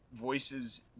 voices